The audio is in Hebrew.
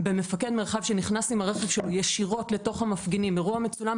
במפקד מרחב שנכנס עם הרכב שלו ישירות לתוך המפגינים אירוע מצולם,